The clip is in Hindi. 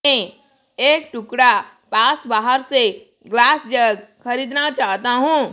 मैं एक टुकड़ा पास बाहर से ग्लास जग खरीदना चाहता हूँ